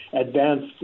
advanced